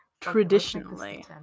Traditionally